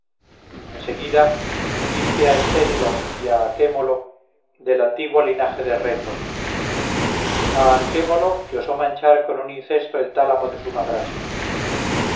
pulmón en seguida embiste a esténelo y a anquémolo del antiguo linaje de reto a anquémolo que osó manchar con un incesto el tálamo de su madrastra